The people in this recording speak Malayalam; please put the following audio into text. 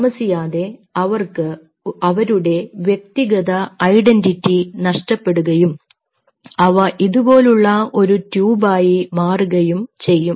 താമസിയാതെ അവർക്ക് അവരുടെ വ്യക്തിഗത ഐഡന്റിറ്റി നഷ്ടപ്പെടുകയും അവ ഇതുപോലുള്ള ഒരു ട്യൂബായി മാറുകയും ചെയ്യും